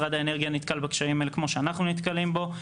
משרד האנרגיה נתקל בקשיים האלה כמו שאנחנו נתקלים בהם.